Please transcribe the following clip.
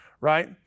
right